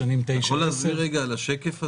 בשנים 2011-2009. אתה יכול להסביר את השקף הזה?